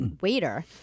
waiter